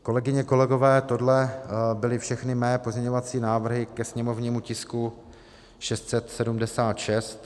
Kolegyně, kolegové, tohle byly všechny mé pozměňovací návrhy ke sněmovnímu tisku 676.